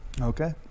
Okay